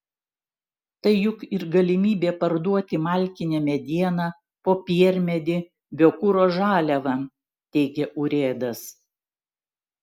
tai juk ir galimybė parduoti malkinę medieną popiermedį biokuro žaliavą teigė urėdas